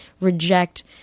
reject